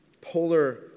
polar